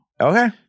Okay